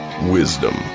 Wisdom